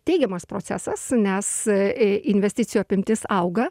teigiamas procesas nes i investicijų apimtis auga